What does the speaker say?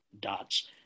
dots